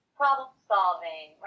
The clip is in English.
problem-solving